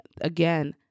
again